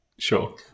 sure